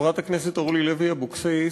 חברת הכנסת אורלי לוי אבקסיס,